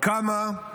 קמה,